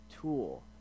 tool